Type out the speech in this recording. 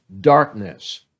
darkness